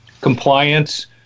compliance